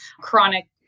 chronic